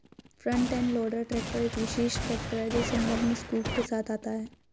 front end loader tractor एक विशेष tractor है जो संलग्न स्कूप के साथ आता है